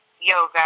yoga